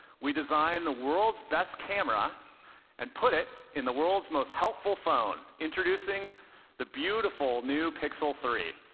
we designed the world's best camera and put it in the world's most helpful phone. introducing the beautiful new pixel three.